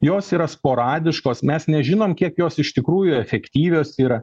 jos yra sporadiškos mes nežinom kiek jos iš tikrųjų efektyvios yra